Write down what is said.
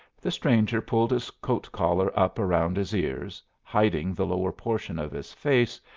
the stranger pulled his coat collar up around his ears, hiding the lower portion of his face,